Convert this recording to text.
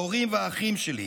ההורים והאחים שלי.